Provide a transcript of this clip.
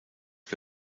que